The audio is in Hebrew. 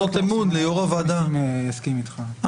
טוב,